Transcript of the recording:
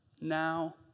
now